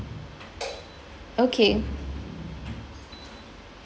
okay